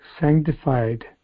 sanctified